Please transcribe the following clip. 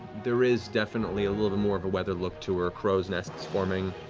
there is definitely a little bit more of a weathered look to her, crow's nests forming,